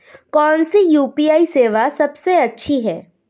कौन सी यू.पी.आई सेवा सबसे अच्छी है?